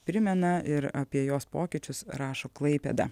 primena ir apie jos pokyčius rašo klaipėda